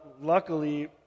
luckily